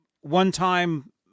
one-time